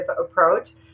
approach